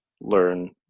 learn